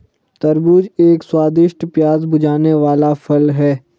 तरबूज एक स्वादिष्ट, प्यास बुझाने वाला फल है